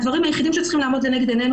הדברים היחידים שצריכים לעמוד לנגד עינינו